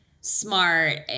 smart